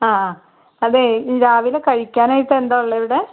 ആ ആ അതേ രാവിലെ കഴിക്കാൻ ആയിട്ട് എന്താ ഉള്ളത് ഇവിടെ